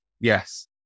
Yes